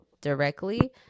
directly